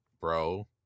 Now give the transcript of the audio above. bro